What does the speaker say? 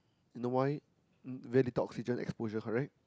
you know why um very little oxygen exposure correct